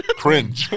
cringe